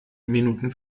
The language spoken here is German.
minuten